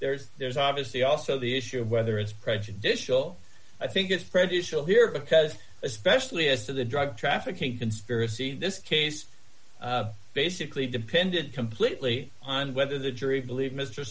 there's there's obviously also the issue of whether it's prejudicial i think it's prejudicial here because especially as to the drug trafficking conspiracy this case basically depended completely on whether the jury believed m